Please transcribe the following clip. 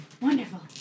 Wonderful